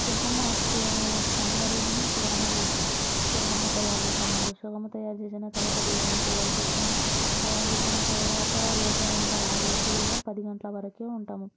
షీర్కుర్మా పండుగ రోజు షిర్కుర్మా చేస్తాం షీర్కుర్మా తయారు చేస్తాం ముందు షీర్కుర్మా తయారు చేసిన బిర్యానీ తయారు చేస్తాము తయారు చేసిన తర్వాత రోజా ఉంటారు ఆరోజు కూడా పది గంటల వరకు ఉంటాము